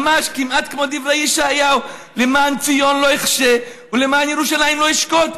ממש כמעט כמו דברי ישעיהו: "למען ציון לא אחשה ולמען ירושלים לא אשקוט,